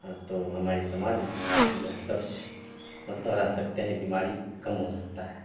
हाँ तो हमारा समाज जो है स्वच्छ मतलब रह सकता है बीमारी कम हो सकती है